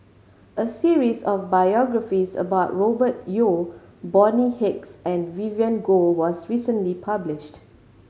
a series of biographies about Robert Yeo Bonny Hicks and Vivien Goh was recently published